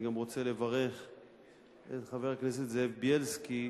ואני גם רוצה לברך את חבר הכנסת זאב בילסקי,